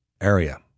area